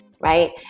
Right